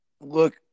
Look